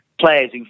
players